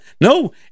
no